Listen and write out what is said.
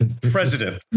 President